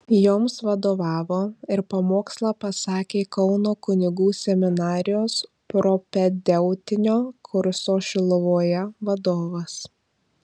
joms vadovavo ir pamokslą pasakė kauno kunigų seminarijos propedeutinio kurso šiluvoje vadovas